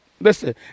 Listen